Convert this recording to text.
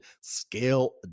scale